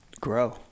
grow